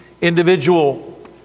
individual